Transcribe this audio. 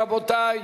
רבותי,